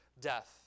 death